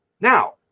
Now